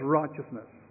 righteousness